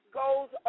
goes